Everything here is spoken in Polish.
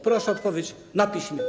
Proszę o odpowiedź na piśmie.